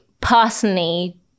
personally